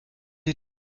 die